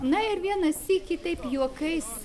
na ir vieną sykį taip juokais